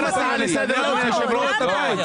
הצעה לסדר, אדוני היושב ראש.